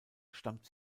stammt